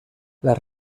las